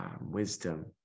wisdom